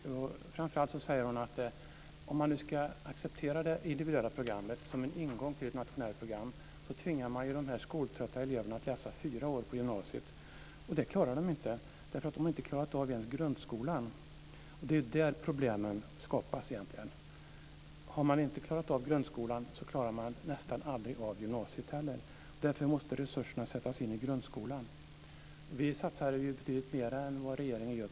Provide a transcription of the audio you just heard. Hon säger framför allt att om man nu ska acceptera det individuella programmet som en ingång till ett nationellt program tvingar man de skoltrötta eleverna att läsa fyra år på gymnasiet. Det klarar de inte, därför att de har inte ens klarat grundskolan. Det är ju där problemen skapas. Har man inte klarat grundskolan klarar man nästan aldrig gymnasiet heller. Därför måste resurserna sättas in i grundskolan. Vi satsar betydligt mer på grundskolan än vad regeringen gör.